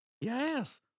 Yes